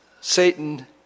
Satan